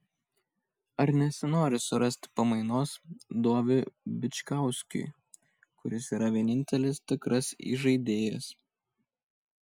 ar nesinori surasti pamainos doviui bičkauskiui kuris yra vienintelis tikras įžaidėjas